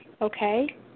okay